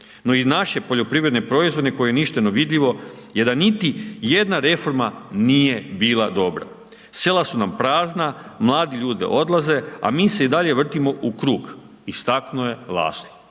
no i naše poljoprivredne proizvode koji ništa no vidljivo je da niti jedna reforma nije bila dobra. Sela su nam prazna, mladi ljudi odlaze a mi se i dalje vrtimo u krug, istaknuo je Laszlo.